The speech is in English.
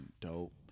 dope